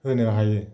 होनो हायो